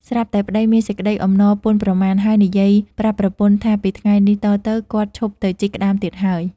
សា្រប់តែប្ដីមានសេចក្ដីអំណរពន់ប្រមាណ ហើយនិយាយប្រាប់ប្រពន្ធថាពីថ្ងៃនេះតទៅគាត់ឈប់ទៅជីកក្ដាមទៀតហើយ។